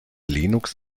linux